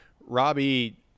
robbie